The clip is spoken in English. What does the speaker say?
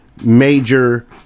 major